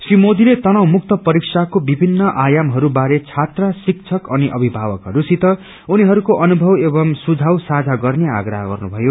श्री मोदीले तनाव मुक्त परीक्षाको विभित्र आयामहरू बारे छत्र शिक्षक अनि अभिभावकहरूसित उनीहरूको अनुथव एवं सुझाव साझा गर्ने आप्रह गर्नुथयो